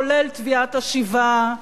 כולל תביעת השיבה,